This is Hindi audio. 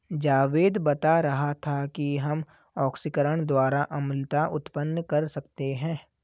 जावेद बता रहा था कि हम ऑक्सीकरण द्वारा अम्लता उत्पन्न कर सकते हैं